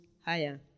higher